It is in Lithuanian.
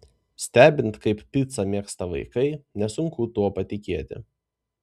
stebint kaip picą mėgsta vaikai nesunku tuo patikėti